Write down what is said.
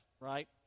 right